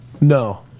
No